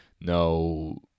no